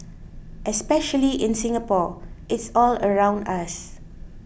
especially in Singapore it's all around us